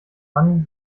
wann